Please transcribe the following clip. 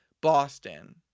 Boston